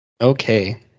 Okay